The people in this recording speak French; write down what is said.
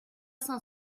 cent